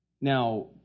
Now